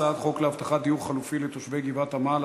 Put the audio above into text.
הצעת חוק להבטחת דיור חלופי לתושבי גבעת-עמל,